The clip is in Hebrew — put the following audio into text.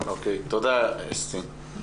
אוקיי, תודה אסתי.